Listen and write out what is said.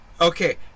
Okay